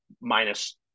minus